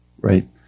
Right